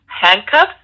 handcuffs